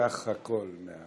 בסך הכול?